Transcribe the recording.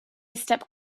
stepped